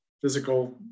physical